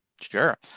Sure